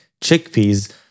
chickpeas